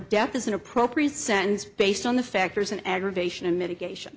death is an appropriate sentence based on the factors in aggravation and mitigation